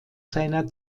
seiner